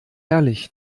ehrlich